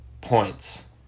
points